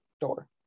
door